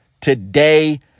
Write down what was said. today